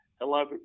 hello